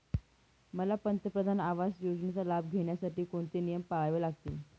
मला पंतप्रधान आवास योजनेचा लाभ घेण्यासाठी कोणते नियम पाळावे लागतील?